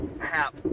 half